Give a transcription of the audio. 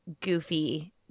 goofy